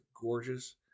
gorgeous